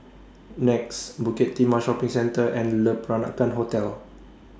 Nex Bukit Timah Shopping Centre and Le Peranakan Hotel